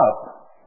up